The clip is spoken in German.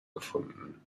gefunden